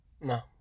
No